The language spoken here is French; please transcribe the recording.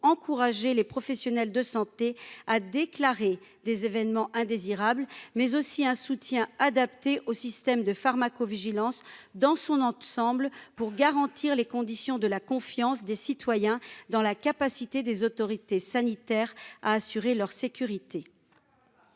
encourager les professionnels de santé, a déclaré des événements indésirables, mais aussi un soutien adapté au système de pharmacovigilance dans son ensemble pour garantir les conditions de la confiance des citoyens dans la capacité des autorités sanitaires à assurer leur sécurité.